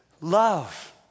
love